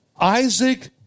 Isaac